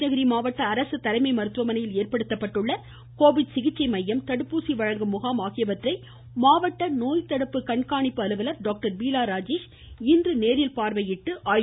கிருஷ்ணகிரி மாவட்ட அரசு தலைமை மருத்துவமனையில் ஏற்படுத்தப்பட்டுள்ள கோவிட் சிகிச்சை மையம் தடுப்பூசி வழங்கும் முகாம் ஆகியவற்றை மாவட்ட நோய் தடுப்பு கண்காணிப்பு அலுவலர் டாக்டர் பீலா ராஜேஷ் இன்று நேரில் பார்வையிட்டு ஆய்வு மேற்கொண்டார்